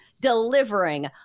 delivering